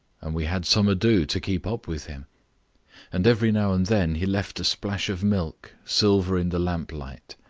and we had some ado to keep up with him and every now and then he left a splash of milk, silver in the lamplight.